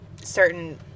certain